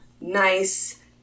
nice